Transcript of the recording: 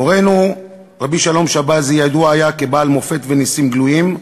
מורנו רבי שלום שבזי ידוע היה כבעל מופת ונסים גלויים.